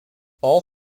all